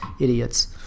idiots